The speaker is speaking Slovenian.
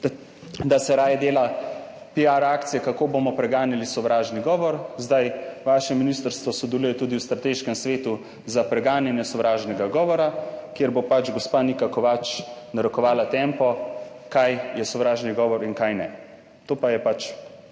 da se raje dela piar akcije, kako bomo preganjali sovražni govor. Vaše ministrstvo sodeluje tudi v strateškem svetu za preganjanje sovražnega govora, kjer bo pač gospa Nika Kovač narekovala tempo, kaj je sovražni govor in kaj ne. To pa je vaša